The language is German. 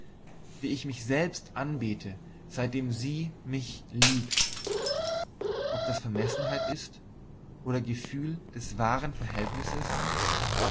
etwas wie ich mich selbst anbete seitdem sie mich liebt ob das vermessenheit ist oder gefühl des wahren verhältnisses